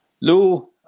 Lou